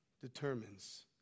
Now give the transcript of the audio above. determines